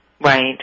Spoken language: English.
Right